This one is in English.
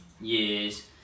years